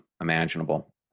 imaginable